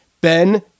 Ben